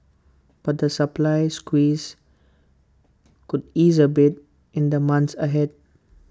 but the supply squeeze could ease A bit in the months ahead